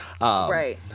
right